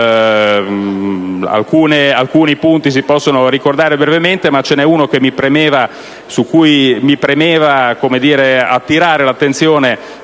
Alcuni punti si possono ricordare brevemente, ma ce n'é uno su cui mi premeva attirare l'attenzione